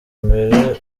mbere